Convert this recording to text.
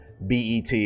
BET